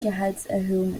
gehaltserhöhung